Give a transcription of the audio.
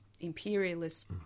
imperialist